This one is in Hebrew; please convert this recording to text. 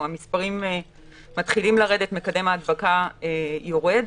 המספרים מתחילים לרדת, מקדם ההדבקה יורד,